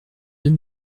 deux